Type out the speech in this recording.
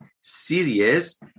serious